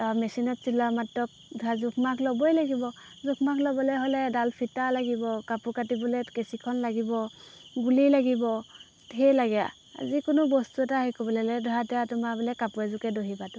মেচিনত চিলা মাত্ৰ ধৰা জোখমাখ ল'বই লাগিব জোখমাখ ল'বলৈ হ'লে এডাল ফিটা লাগিব কাপোৰ কাটিবলৈ কেঁচীখন লাগিব গুলি লাগিব ধেৰ লাগে যিকোনো বস্তু এটা শিকিবলৈ ধৰা এতিয়া তোমাৰ বোলে কাপোৰ এযোৰকে দহি পাতোঁ